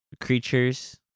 creatures